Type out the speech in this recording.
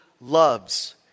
loves